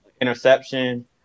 interception